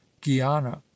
guiana